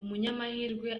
umunyamahirwe